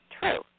true